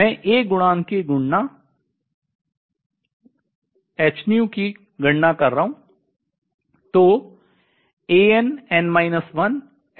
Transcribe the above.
मैं A गुणांक की गणना कर रहा हूँ